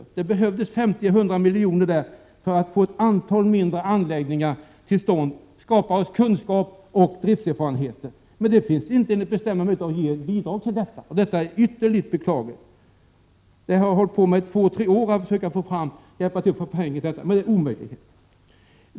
Det skulle behövas 50—100 milj.kr. för att få till stånd ett antal mindre anläggningar och för att skapa kunskap och driftserfarenheter. Men enligt bestämmelserna finns det inte möjlighet att ge bidrag till detta, vilket är ytterligt beklagligt. Jag har under två tre år hjälpt till med att försöka få fram pengar, men det har varit omöjligt.